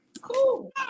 Cool